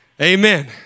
Amen